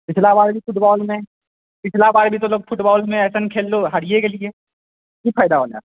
पिछला बार भी फुटबॉलमे पिछला बार भी तऽ फ़ुटबॉलमे एसन खेललहुँ हारियै गेलियै की फायदा एकर